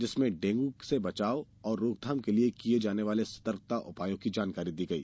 जिसमें डेंगू से बचाव और रोकथाम के लिये किये जाने वाले सतर्कता उपायों की जानकारी दी गई